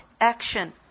Action